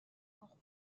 corfou